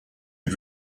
had